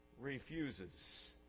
refuses